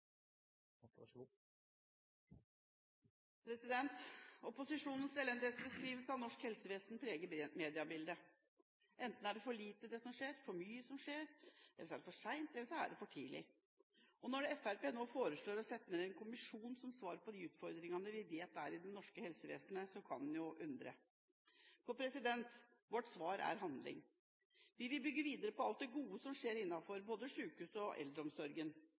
regjering. Opposisjonens elendighetsbeskrivelse av norsk helsevesen preger mediebildet. Enten er det for lite som skjer, eller for mye, eller så er det for sent eller for tidlig. Når Fremskrittspartiet nå foreslår å sette ned en kommisjon som svar på de utfordringene vi vet er i det norske helsevesenet, kan en jo undres. Vårt svar er handling. Vi vil bygge videre på alt det gode som skjer innenfor både sykehussektoren og